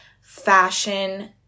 fashion